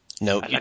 No